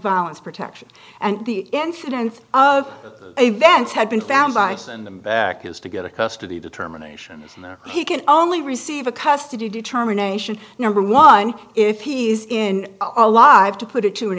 violence protection and the incidence of events had been found by send them back is to get a custody determination is where he can only receive a custody determination number one if he is in a live to put it to an